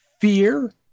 fear